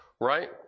Right